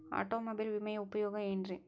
Automobile ವಿಮೆಯ ಉಪಯೋಗ ಏನ್ರೀ?